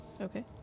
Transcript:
Okay